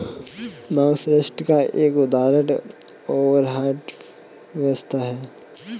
मांग ऋण का एक उदाहरण ओवरड्राफ्ट व्यवस्था है